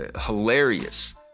hilarious